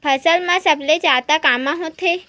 फसल मा सबले जादा कामा होथे?